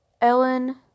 Ellen